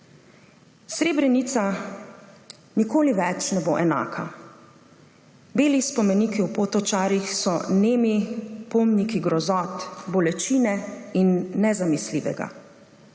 Srebrenica nikoli več ne bo enaka. Beli spomeniki v Potočarih so nemi pomniki grozot, bolečine in nezamisljivega.